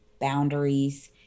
boundaries